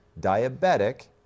diabetic